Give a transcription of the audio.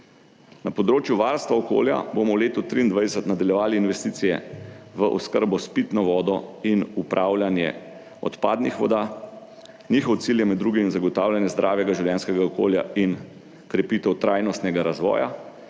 Na področju varstva okolja bomo v letu 2023 nadaljevali investicije v oskrbo s pitno vodo in upravljanje odpadnih voda. Njihov cilj je med drugim zagotavljanje zdravega življenjskega okolja in krepitev trajnostnega razvoja.